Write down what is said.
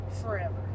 forever